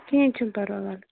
کِہیٖنٛۍ چھُنہٕ پَرواے